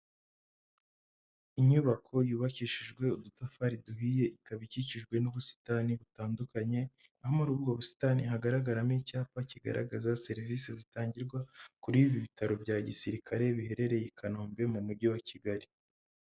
Inyubako yubakishijwe udutafari duhiye ikaba ikikijwe n'ubusitani butandukanye aho muri ubwo busitani hagaragaramo icyapa kigaragaza serivisi zitangirwa kuri ibi bitaro bya gisirikare biherereye i kanombe mu mujyi wa kigali.